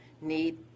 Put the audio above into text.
need